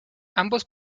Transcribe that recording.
ambos